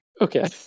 okay